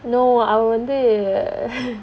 no அவ வந்து:ava vanthu